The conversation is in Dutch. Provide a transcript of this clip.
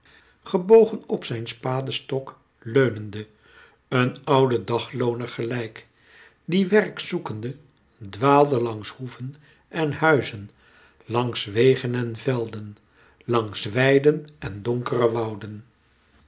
gebogen op zijn spadestok steunende een ouden daglooner gelijk die werk zoekende dwaalde langs hoeven en huizen langs wegen en velden langs weiden en donkere wouden